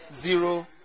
Zero